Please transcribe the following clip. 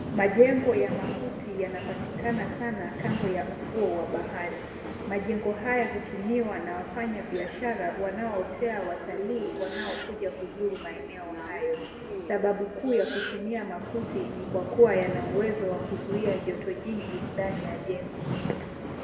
Majengo ya makuti yanapatikana sana kando ya ufuo wa bahari. Majengo haya hutumiwa na wafanya biashara wanaotea watalii wanaokuja kuzuru maeneo hayo. Sababu kuu ya kutumia makuti ni kwa kuwa yanauwezo wakuzia joto jingi ndani ya jengo.